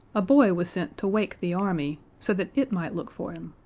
a boy was sent to wake the army, so that it might look for him.